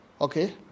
Okay